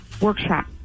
workshop